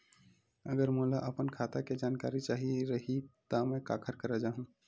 अगर मोला अपन खाता के जानकारी चाही रहि त मैं काखर करा जाहु?